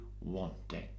wanting